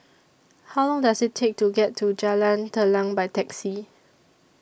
How Long Does IT Take to get to Jalan Telang By Taxi